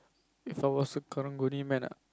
If I was a karang-guni man ah